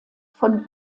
von